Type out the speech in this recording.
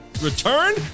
Return